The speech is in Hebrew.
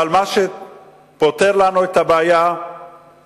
אבל מה שפותר לנו את הבעיה הוא